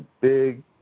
big